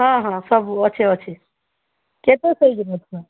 ହଁ ହଁ ସବୁ ଅଛି ଅଛି କେତେ ସାଇଜ୍ର ଦରକାର